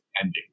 ending